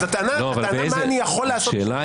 אז הטענה מה אני יכול לעשות --- השאלה